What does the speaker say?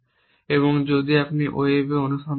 এবং আপনি যদি ওয়েবে অনুসন্ধান করেন